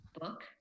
book